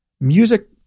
Music